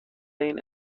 این